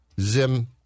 Zim